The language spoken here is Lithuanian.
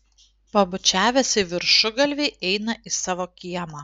pabučiavęs į viršugalvį eina į savo kiemą